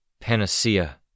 Panacea